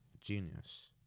Genius